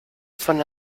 von